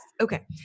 Okay